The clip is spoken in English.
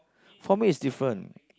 for me is different